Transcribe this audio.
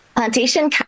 Plantation